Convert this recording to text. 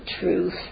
truth